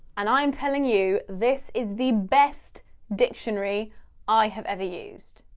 and i'm telling you, this is the best dictionary i have ever used.